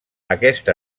aquest